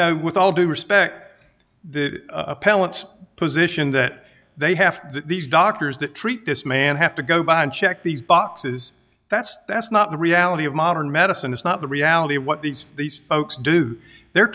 know with all due respect that appellant's position that they have to these doctors that treat this man have to go by and check these boxes that's that's not the reality of modern medicine it's not the reality of what these these folks do they're